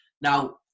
Now